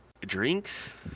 drinks